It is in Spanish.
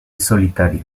solitario